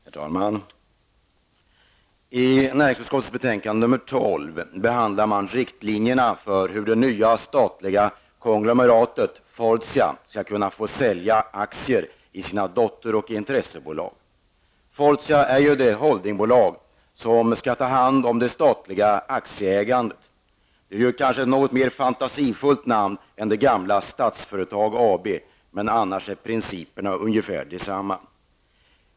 Herr talman! I näringsutskottets betänkande 12 behandlar man riktlinjerna för hur det nya statliga konglomeratet Fortia skall kunna få sälja aktier i sina dotter och intressebolag. Fortia är ju det holdingbolag som skall ta hand om det statliga aktieägandet. Det är kanske ett mer fantasifullt namn än det gamla Statsföretag AB, men i övrigt är principerna ungefär desamma.